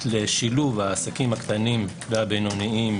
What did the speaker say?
--- שדולה למען העסקים הקטנים והבינוניים,